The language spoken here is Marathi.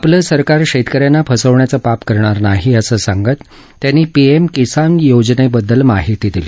आपलं सरकार शेतकऱ्यांना फसवण्याचं पाप करणार नाही असं सांगत त्यांनी पीएम किसान योजने बद्दल माहिती दिली